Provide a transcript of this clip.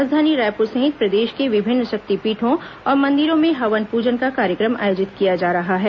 राजधानी रायपुर सहित प्रदेष के विभिन्न शक्तिपीठों और मंदिरों में हवन पूजन का कार्यक्रम आयोजित किया जा रहा है